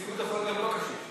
משנה, משנה.